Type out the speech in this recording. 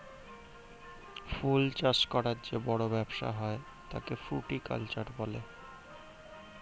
ফল চাষ করার যে বড় ব্যবসা হয় তাকে ফ্রুটিকালচার বলে